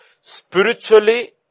Spiritually